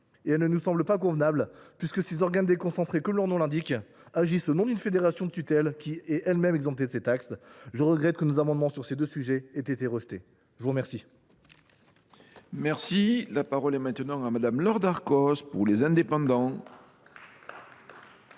Elle ne nous semble pas pertinente, puisque ces organes déconcentrés, comme leur nom l’indique, agissent au nom d’une fédération de tutelle, elle même exemptée de ces taxes. Je regrette que nos amendements sur ces deux sujets n’aient pas pu être